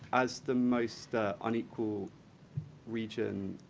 as the most unequal region